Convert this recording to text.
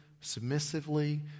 submissively